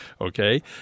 Okay